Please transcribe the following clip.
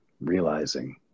realizing